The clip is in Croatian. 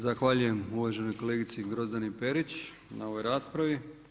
Zahvaljujem uvaženoj kolegici Grozdani Perić na ovoj raspravi.